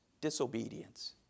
disobedience